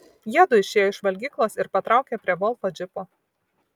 jiedu išėjo iš valgyklos ir patraukė prie volfo džipo